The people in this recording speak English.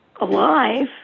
alive